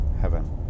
heaven